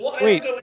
Wait